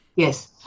Yes